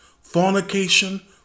fornication